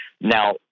now